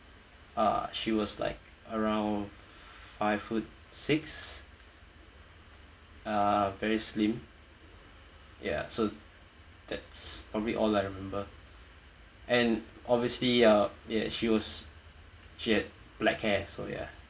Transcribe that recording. uh she was like around five foot six uh very slim ya so that's probably all I remember and obviously uh ya she was she had black hair so ya